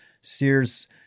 Sears